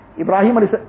Ibrahim